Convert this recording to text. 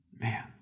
Man